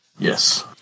Yes